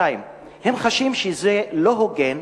2. הם חשים שזה לא הוגן,